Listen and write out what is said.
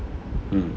mm